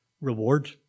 reward